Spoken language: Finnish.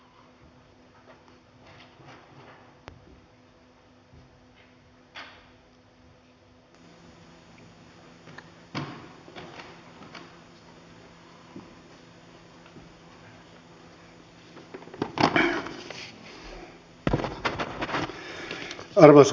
arvoisa puhemies